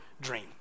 dream